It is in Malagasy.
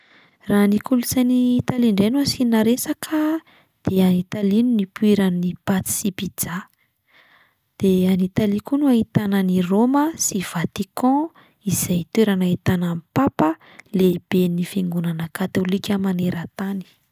Raha ny kolontsain'ny Italia indray no asiana resaka dia any Italia no nipoiran'ny paty sy pizza, de any Italia koa no ahitanan'i Raoma sy Vatican izay toerana ahitana an'i Papa lehiben'ny fiangonana katôlika maneran-tany.